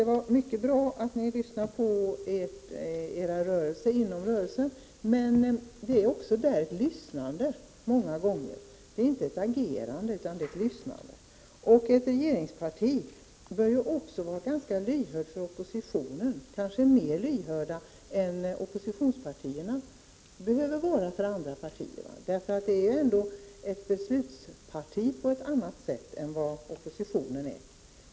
15 november 1989 Det är mycket bra att ni socialdemokrater lyssnar på era rörelser inom = An, partiet. Men där är det också många gånger bara lyssnande, inte ett agerande. Ett regeringsparti bör vara ganska lyhört för oppositionen, kanske mera lyhört än oppositionspartierna behöver vara för andra. Det är ändå ett beslutsparti på ett annat sätt än oppositionen är.